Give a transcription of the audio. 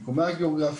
מקומה הגיאוגרפי,